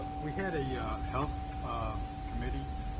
we had a yeah health um committee,